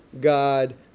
God